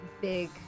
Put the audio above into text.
big